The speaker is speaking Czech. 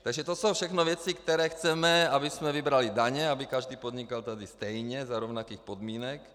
Takže to jsou všechno věci, které chceme, abychom vybrali daně, aby každý podnikal tady stejně, za stejných podmínek.